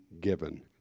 given